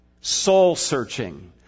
soul-searching